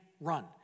run